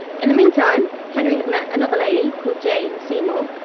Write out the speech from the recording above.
in the meantime, henry had met another lady called jane seymour,